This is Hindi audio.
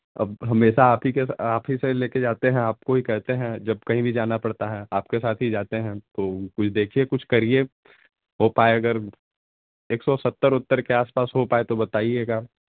अब हमेशा आप ही आप से लेकर जाते हैं आपको ही कहते हैं जब कहीं भी जाना पड़ता है आपके साथ ही जाते हैं तो कुछ देखिए कुछ करिए हो पाए अगर एक सौ सत्तर वत्तर के आस पास हो पाए तो बताईएगा